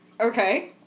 Okay